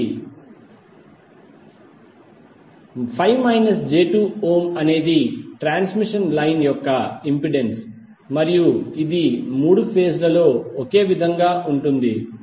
5 j2 ఓం అనేది transmission line యొక్క ఇంపెడెన్స్ మరియు ఇది మూడు ఫేజ్ లలో ఒకే విధంగా ఉంటుంది